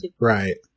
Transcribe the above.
right